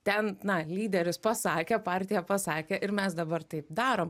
ten na lyderis pasakė partija pasakė ir mes dabar taip darom